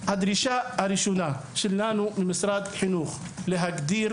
הדרישה הראשונה שלנו למשרד החינוך היא להגדיר